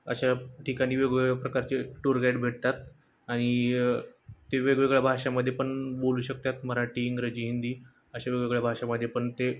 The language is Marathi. अशा ठिकाणी वेगवेगळ्या प्रकारचे टूर गाईड भेटतात आणि ते वेगवेगळ्या भाषेमध्ये पण बोलू शकतात मराठी इंग्रजी हिंदी अशा वेगवेगळ्या भाषेमध्ये पण ते